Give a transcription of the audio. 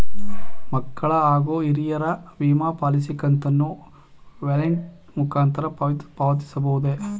ಮಕ್ಕಳ ಹಾಗೂ ಹಿರಿಯರ ವಿಮಾ ಪಾಲಿಸಿ ಕಂತನ್ನು ವ್ಯಾಲೆಟ್ ಮುಖಾಂತರ ಪಾವತಿಸಬಹುದೇ?